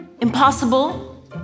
Impossible